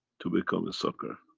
to become a sucker.